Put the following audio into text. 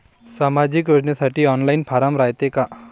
सामाजिक योजनेसाठी online form रायते का?